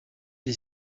the